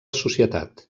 societat